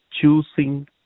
choosing